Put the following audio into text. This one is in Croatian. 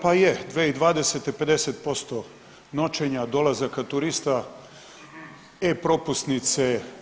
Pa je, 2020. 50% noćenja, dolazaka turista, e-propusnice.